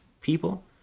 people